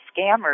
scammer